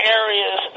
areas